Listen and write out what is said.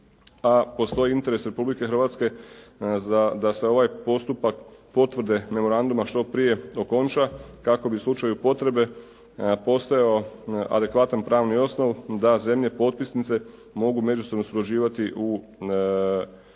postoji interes Republike Hrvatske da se ovaj postupak potvrde memoranduma što prije okonča kako bi u slučaju potrebe postojao adekvatan pravni osnov da zemlje potpisnice mogu međusobno surađivati u pružanju